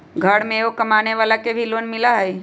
घर में एगो कमानेवाला के भी लोन मिलहई?